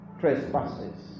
trespasses